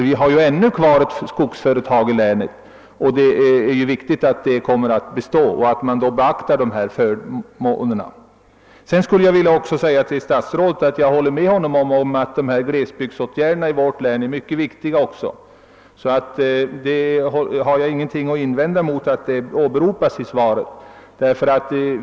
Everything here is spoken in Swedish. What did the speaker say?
Vi har ju ännu kvar ett skogsföretag i länet, och det är viktigt att detta består. Man bör alltså beakta dessa fördelar. Jag håller med statsrådet om att åtgärderna till förmån för glesbygden i vårt län är mycket viktiga, och jag har ingenting emot att detta åberopas i svaret.